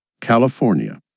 California